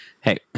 hey